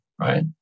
right